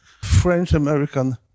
French-American